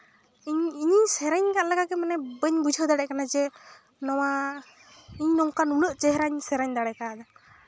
ᱤᱧ ᱤᱧᱤᱧ ᱥᱮᱨᱮᱧ ᱠᱟᱜ ᱞᱮᱠᱟᱜᱮ ᱢᱟᱱᱮ ᱵᱟᱹᱧ ᱵᱩᱡᱷᱟᱹᱣ ᱫᱟᱲᱮᱭᱟᱜ ᱠᱟᱱᱟ ᱡᱮ ᱱᱚᱣᱟ ᱤᱧ ᱱᱚᱝᱠᱟ ᱱᱩᱱᱟᱹᱜ ᱪᱮᱦᱨᱟᱧ ᱥᱮᱨᱮᱧ ᱫᱟᱲᱮ ᱠᱟᱣᱫᱟ